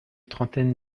trentaine